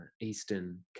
Eastern